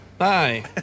Hi